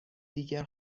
دیگر